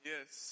Yes